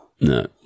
No